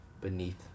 beneath